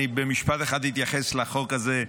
אני במשפט אחד אתייחס לחוק הזה.